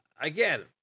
again